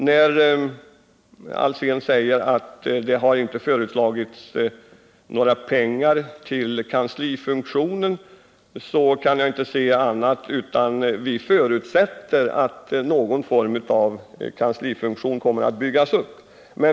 Då Hans Alsén säger att det inte föreslagits några pengar till kanslifunktionen, så kan jag inte säga annat än att vi förutsätter att någon form av kanslifunktion kommer att byggas upp.